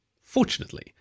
Fortunately